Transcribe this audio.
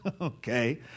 Okay